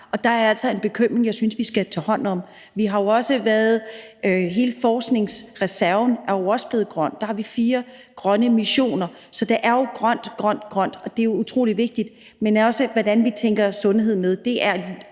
og der er altså en bekymring, jeg synes vi skal tage hånd om. Hele forskningsreserven er jo også blevet grøn. Der har vi fire grønne missioner. Så det er jo grønt, grønt, grønt. Det er utrolig vigtigt, men det er også vigtigt, hvordan vi tænker sundheden med. Det er